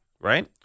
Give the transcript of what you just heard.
right